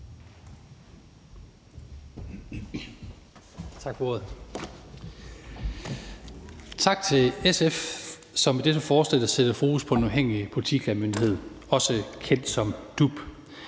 Tak for ordet. Tak til SF, som med dette forslag sætter fokus på Den Uafhængige Politiklagemyndighed, også kendt som DUP.